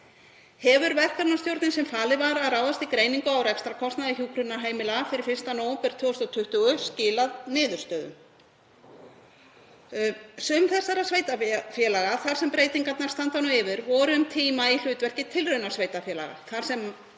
Hefur verkefnisstjórnin, sem falið var að ráðast í greiningu á rekstrarkostnaði hjúkrunarheimila fyrir 1. nóvember 2020, skilað niðurstöðum? Sum þessara sveitarfélaga þar sem breytingarnar standa nú yfir voru um tíma í hlutverki tilraunasveitarfélaga þar sem